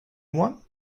one